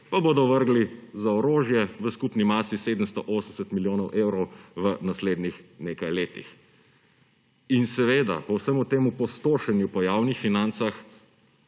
pa bodo vrgli za orožje, v skupni masi 780 milijonov evrov v naslednjih nekaj letih. In seveda, po vsemu tem pustošenju po javnih financah